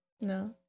No